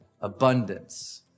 abundance